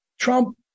Trump